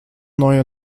neue